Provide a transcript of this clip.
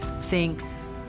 thinks